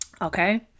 Okay